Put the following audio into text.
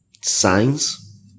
signs